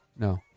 No